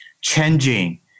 changing